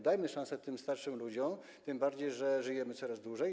Dajmy szansę tym starszym ludziom, tym bardziej że żyjemy coraz dłużej.